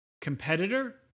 competitor